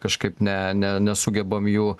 kažkaip ne ne nesugebam jų